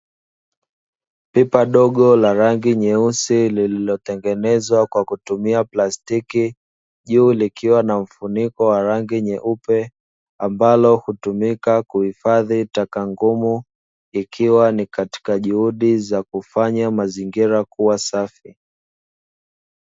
Pipa dogo la rangi nyeusi lililotengenezwa kwa kutumia plastiki, juu likiwa na mfuniko wa rangi nyeupe ambalo hutumika kuhifadhi taka ngumu. Ikiwa ni katika juhudi za kufanya mazingira kuwa safi.